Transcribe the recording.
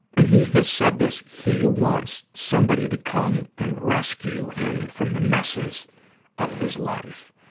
and he has said this. he wants somebody to come and rescue him from the messes of his life.